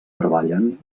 treballen